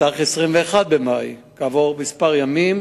בתאריך 21 במאי 2009,